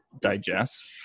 digest